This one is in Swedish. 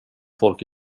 folk